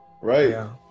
right